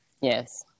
Yes